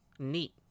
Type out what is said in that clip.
Neat